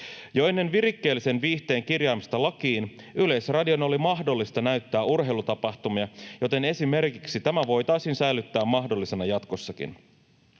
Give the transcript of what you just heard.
Jo ennen virikkeellisen viihteen kirjaamista lakiin Yleisradion oli mahdollista näyttää urheilutapahtumia, joten esimerkiksi tämä voitaisiin säilyttää mahdollisena jatkossakin.